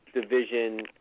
division